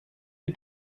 die